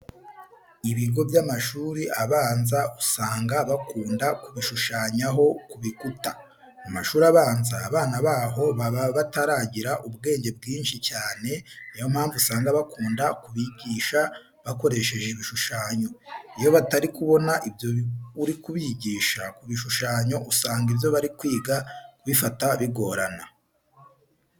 Ibigo by'amashuri abanza usanga bakunda kubishushanyaho ku bikuta. Mu mashuri abanza abana baho baba bataragira ubwenge bwinshi cyane, niyo mpamvu usanga bakunda kubigisha bakoresheje ibishushanyo. Iyo batari kubona ibyo uri kubigisha ku bishushanyo usanga ibyo bari kwiga kubifata bigorana.